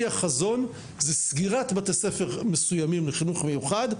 זה החזון סגירה של בתי ספר מסוימים לחינוך מיוחד,